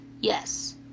yes